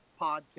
podcast